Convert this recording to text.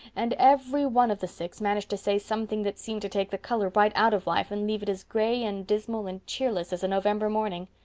and every one of the six managed to say something that seemed to take the color right out of life and leave it as gray and dismal and cheerless as a november morning.